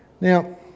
Now